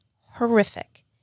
horrific